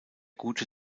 gute